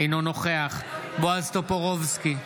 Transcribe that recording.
אינו נוכח בועז טופורובסקי,